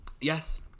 Yes